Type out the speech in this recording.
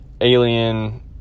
alien